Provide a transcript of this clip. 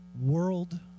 world